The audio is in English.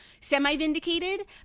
semi-vindicated